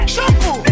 Shampoo